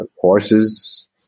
Horses